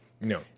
No